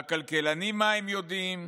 והכלכלנים, מה הם יודעים,